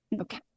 Okay